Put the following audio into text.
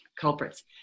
culprits